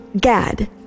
gad